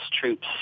troops